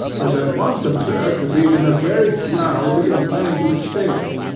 was at once observed to be in a very drowsy and languid state.